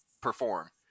perform